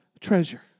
treasure